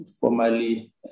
formally